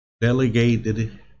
delegated